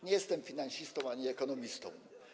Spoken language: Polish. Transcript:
Nie jestem finansistą ani ekonomistą.